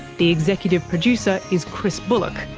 the executive producer is chris bullock,